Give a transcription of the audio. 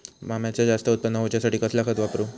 अम्याचा जास्त उत्पन्न होवचासाठी कसला खत वापरू?